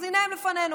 אז הינה הם לפנינו: